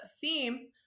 theme